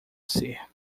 ser